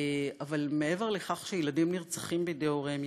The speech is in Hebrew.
אבל מעבר לכך שילדים נרצחים בידי הוריהם,